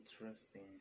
interesting